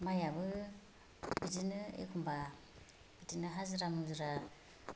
माइआबो बिदिनो एखम्बा बिदिनो हाजिरा मुजिरा